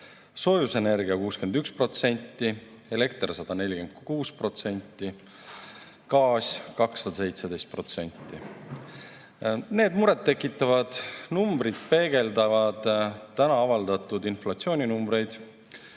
Soojusenergia 61%, elekter 146%, gaas 217%. Need muret tekitavad numbrid peegeldavad täna avaldatud inflatsiooninumbreid